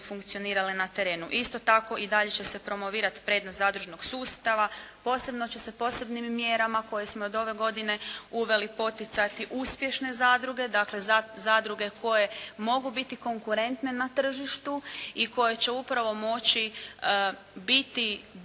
funkcionirale na terenu. Isto tako i dalje će se promovirati prednost zadružnog sustava. Posebno će se posebnim mjerama koje smo od ove godine uveli poticati uspješne zadruge, dakle zadruge koje mogu biti konkurentne na tržištu i koje će upravo moći biti